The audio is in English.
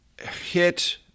hit